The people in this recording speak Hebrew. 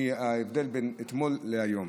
ההבדל בין אתמול להיום,